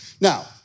Now